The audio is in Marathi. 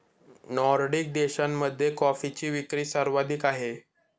नॉर्डिक देशांमध्ये कॉफीची विक्री सर्वाधिक आहे